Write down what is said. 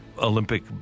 Olympic